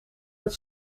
het